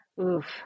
Oof